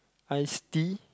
iced tea